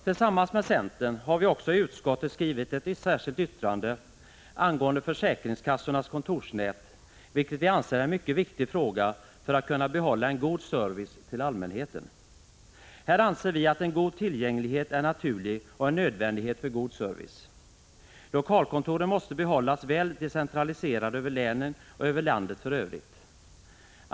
Tillsammans med centern har vi också i utskottet skrivit ett särskilt yttrande angående försäkringskassornas kontorsnät, vilket vi anser är mycket viktigt för att man skall kunna behålla en god service till allmänheten. Här anser vi att en god tillgänglighet är naturlig och en nödvändighet för god service. Lokalkontoren måste behållas väl decentraliserade över länen och över landet i övrigt.